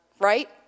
Right